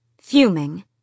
Fuming